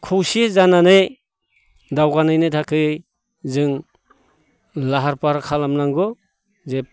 खौसे जानानै दावगानायनि थाखै जों लाहार फाहार खालामनांगौ जे